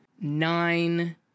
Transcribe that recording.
nine